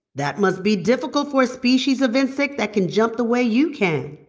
that must be difficult for a species of insect that can jump the way you can.